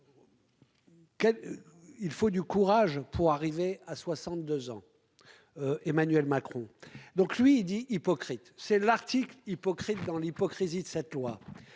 Il faut du courage pour arriver à 62 ans. Emmanuel Macron, donc lui il dit hypocrite, c'est l'article hypocrite dans l'hypocrisie de cette loi,